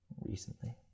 recently